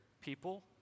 people